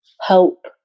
help